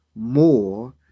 more